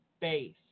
base